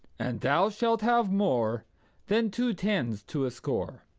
and thou shalt have more than two tens to a score.